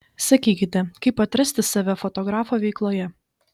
sakykite kaip atrasti save fotografo veikloje